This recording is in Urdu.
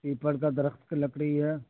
پیپل کا درخت کا لکڑی ہے